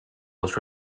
was